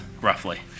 roughly